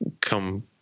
come